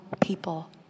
people